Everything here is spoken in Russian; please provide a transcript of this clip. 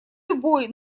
любой